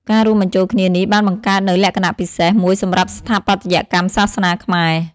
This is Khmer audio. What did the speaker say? ការរួមបញ្ចូលគ្នានេះបានបង្កើតនូវ លក្ខណៈពិសេស មួយសម្រាប់ស្ថាបត្យកម្មសាសនាខ្មែរ។